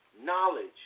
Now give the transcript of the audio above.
knowledge